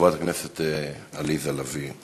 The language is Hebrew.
חברת הכנסת עליזה לביא,